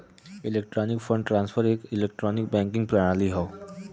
electronic fund transfer एक electronic banking प्रणाली हौ